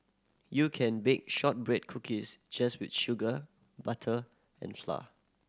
you can bake shortbread cookies just with sugar butter and flour